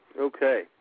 Okay